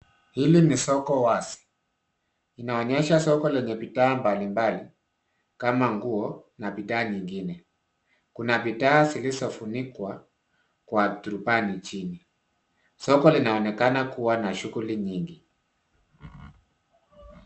Hili ni soko wazi. Inaonyesha soko lenye bidhaa mbalimbali kama nguo na bidhaa nyingine. Kuna bidhaa zilizofunikwa kwa turubani chini. Soko linaonekana kuwa na shughuli nyingi.